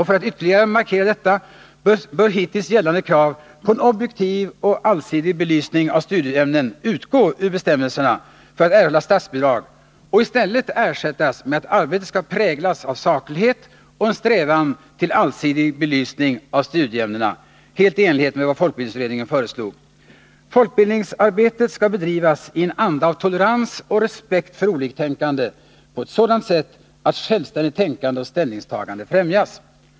För att ytterligare markera detta bör hittills gällande krav på en objektiv och allsidig belysning av studieämnena utgå ur bestämmelserna för att erhålla statsbidrag och i stället ersättas med att arbetet skall präglas av saklighet och en strävan till allsidig belysning av studieämnena — helt i enlighet med vad folkbildningsutredningen föreslog. Folkbildningsarbetet skall bedrivas i en anda av tolerans och respekt för oliktänkande på ett sådant sätt att självständigt tänkande och ställningstagande främjas.